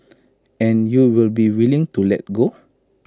and you will be willing to let go